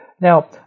Now